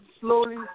slowly